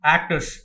Actors